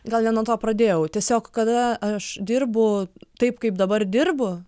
gal ne nuo to pradėjau tiesiog kada aš dirbu taip kaip dabar dirbu